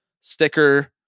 sticker